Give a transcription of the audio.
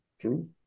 True